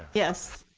yes.